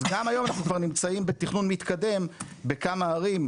אז גם היום אנחנו כבר נמצאים בתכנון מתקדם בכמה ערים,